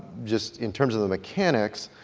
just in terms of the mechanics,